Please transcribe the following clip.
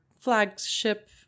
flagship